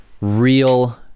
real